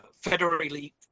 federally